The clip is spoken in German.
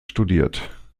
studiert